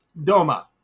Doma